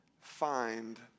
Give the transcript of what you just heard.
find